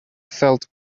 felt